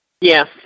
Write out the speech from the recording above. Yes